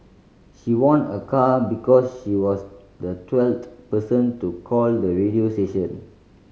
she won a car because she was the twelfth person to call the radio station